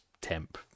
temp